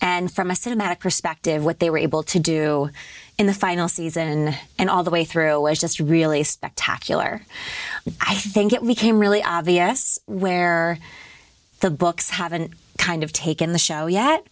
and from a cinematic perspective what they were able to do in the final season and all the way through was just really spectacular i think it became really obvious where the books haven't kind of taken the show yet